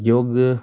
योग